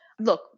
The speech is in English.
Look